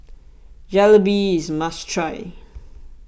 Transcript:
Jalebi is a must try